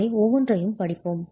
அவை ஒவ்வொன்றையும் படிப்போம்